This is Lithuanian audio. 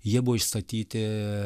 jie buvo išstatyti